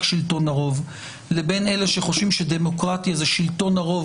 שלטון הרוב לבין אלה שחושבים שדמוקרטיה זה שלטון הרוב